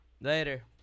Later